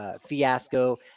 fiasco